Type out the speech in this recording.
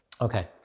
Okay